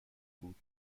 بود